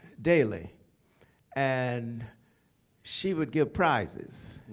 daily and she would give prizes.